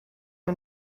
ein